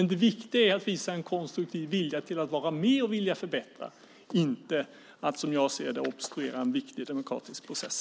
Det viktiga är att visa en konstruktiv vilja till att vara med och förbättra och inte som jag ser det obstruera en viktig demokratisk process.